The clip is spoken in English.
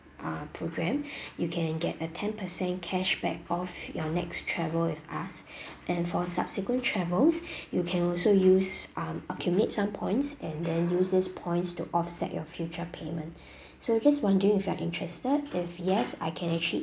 ah program you can get a ten percent cashback off your next travel with us and for subsequent travels you can also use um accumulate some points and then use these points to offset your future payment so just wondering if you are interested if yes I can actually